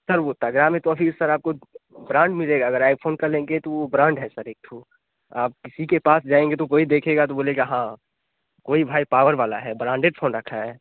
sir वह तो sir आपको ब्रांड मिलेगा अगर आइफ़ोन का लेंगे तो वह ब्रांड है सर एक तो आप किसी के पास जाएँगे तो कोई देखेगा तो बोलेगा हाँ कोई भाई पावर वाला है ब्रांडेड़ फ़ोन रखा है